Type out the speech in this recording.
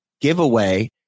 giveaway